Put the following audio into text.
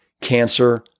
cancer